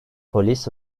polis